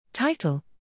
Title